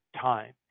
time